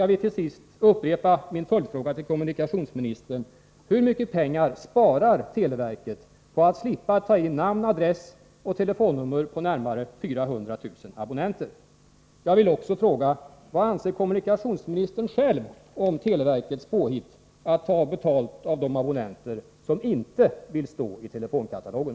Jag vill till sist upprepa min följdfråga till kommunikationsministern: Hur mycket pengar sparar televerket på att slippa ta in namn, adress och telefonnummer på närmare 400 000 abonnenter? Jag vill också fråga: Vad anser kommunikationsministern själv om televerkets påhitt att ta betalt av de abonnenter som inte vill stå i telefonkatalogen?